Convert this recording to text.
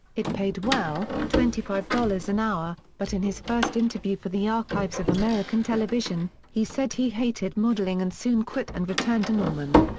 it paid well, twenty five dollars an hour, but in his first interview for the archives of american television, he said he hated modeling and soon quit and returned to norman.